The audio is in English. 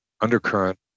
undercurrent